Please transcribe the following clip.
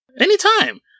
Anytime